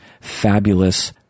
fabulous